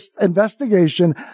investigation